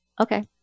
Okay